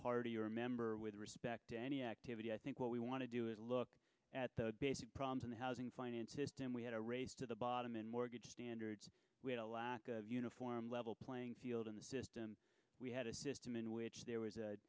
party remember with respect to any activity i think what we want to do is look at the basic problems in the housing finance system we had a race to the bottom in mortgage standards we had a lack of uniform level playing field in the system we had a system in which there was